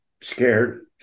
scared